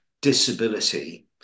disability